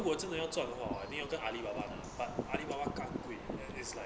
如果真的要赚的 hor 要跟 alibaba 哪 but alibaba ga 贵 eh it's like